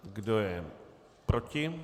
Kdo je proti?